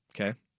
Okay